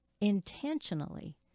intentionally